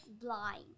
blind